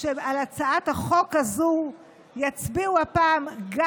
שעל הצעת החוק הזו יצביעו הפעם גם